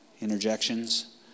Interjections